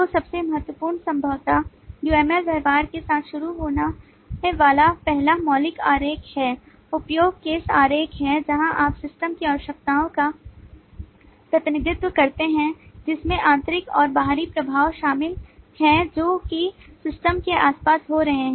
तो सबसे महत्वपूर्ण संभवतः UML व्यवहार के साथ शुरू होने वाला पहला मौलिक आरेख है उपयोग केस आरेख है जहां आप सिस्टम की आवश्यकताओं का प्रतिनिधित्व करते हैं जिसमें आंतरिक और बाहरी प्रभाव शामिल हैं जो कि सिस्टम के आसपास हो रहे हैं